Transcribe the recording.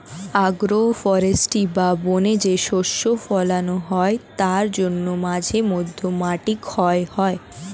agro forestry বা বনে যে শস্য ফোলানো হয় তার জন্য মাঝে মধ্যে মাটি ক্ষয় হয়